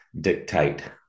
dictate